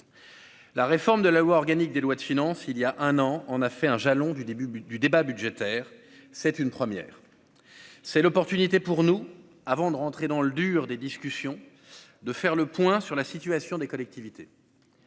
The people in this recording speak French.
La réforme de la loi organique des lois de finances il y a un an, en a fait un jalon du début du débat budgétaire, c'est une première, c'est l'opportunité pour nous, avant de rentrer dans le dur des discussions de faire le point sur la situation des collectivités,